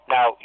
Now